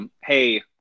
hey